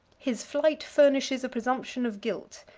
his flight furnishes a presumption of guilt.